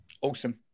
awesome